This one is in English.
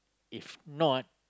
if not